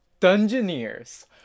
Dungeoneers